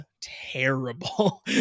terrible